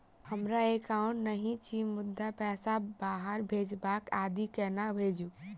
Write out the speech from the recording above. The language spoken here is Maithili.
हमरा एकाउन्ट नहि अछि मुदा पैसा बाहर भेजबाक आदि केना भेजू?